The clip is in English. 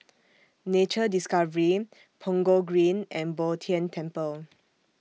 Nature Discovery Punggol Green and Bo Tien Temple